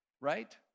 right